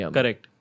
Correct